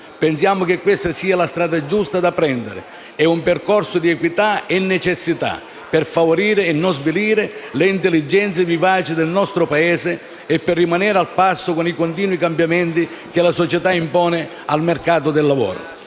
Pensiamo che questa sia la strada giusta da prendere: è un percorso di equità e necessità, per favorire e non svilire le intelligenze vivaci del nostro Paese e per rimanere al passo con i continui cambiamenti che la società impone al mercato del lavoro.